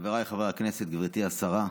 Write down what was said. חבריי חברי הכנסת, גברתי השרה,